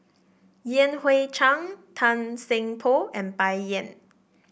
Yan Hui Chang Tan Seng Poh and Bai Yan